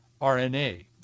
RNA